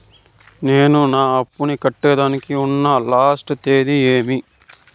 నేను నా అప్పుని కట్టేదానికి ఉన్న లాస్ట్ తేది ఏమి?